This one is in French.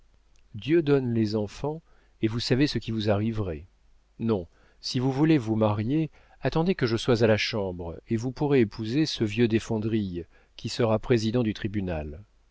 dieu donne les enfants et vous savez ce qui vous arriverait non si vous voulez vous marier attendez que je sois à la chambre et vous pourrez épouser ce vieux desfondrilles qui sera président du tribunal